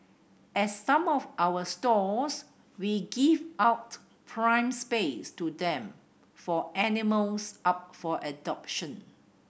at some of our stores we give out prime space to them for animals up for adoption